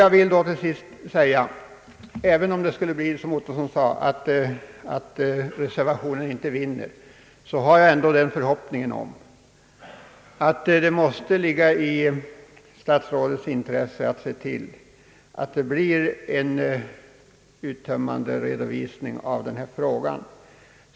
Jag vill dock till sist säga att jag — även om det skulle bli på det sättet som herr Ottosson sade, att reservationen inte vinner riksdagens bifall — har den förhoppningen att det ligger i statsrådets intresse att se till att vi får en uttömmande redovisning av denna fråga.